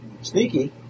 Sneaky